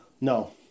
No